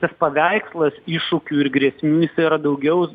tas paveikslas iššūkių ir grėsmių jisai yra daugiau